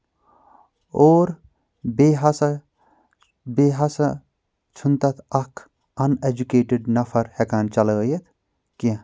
اور بیٚیہِ ہسا بیٚیہِ ہسا چھُنہٕ تتھ اکھ ان ایٚجُوکیٹڈ نفر ہؠکان چلٲیِتھ کینٛہہ